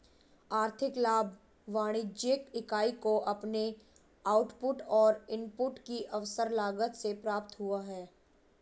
आर्थिक लाभ वाणिज्यिक इकाई को अपने आउटपुट और इनपुट की अवसर लागत से प्राप्त हुआ है